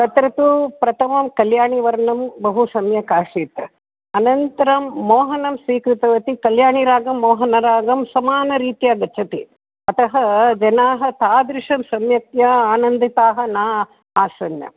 तत्र तु प्रथमं कल्याणीवर्णं बहु सम्यगासीत् अनन्तरं मोहनं स्वीकृतवती कल्याणीरागं मोहनरागं समानरीत्या गच्छति अतः जनाः तादृशं सम्यक्तया आनन्दिताः न आसन्